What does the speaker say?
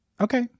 Okay